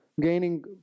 gaining